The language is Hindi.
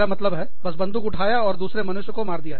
मेरा मतलब है बस बंदूक उठाया और दूसरे मनुष्य को मार दिया